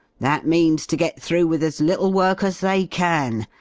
that means to get through with as little work as they can,